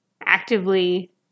actively